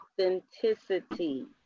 authenticity